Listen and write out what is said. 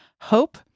hope